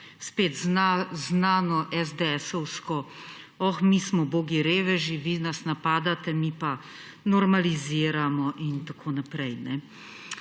spet znano SDS-ovsko, oh mi smo bogi reveži, vi nas napadate, mi pa normaliziramo in tako naprej.